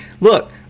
look